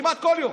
כמעט כל יום.